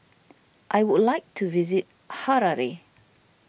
I would like to visit Harare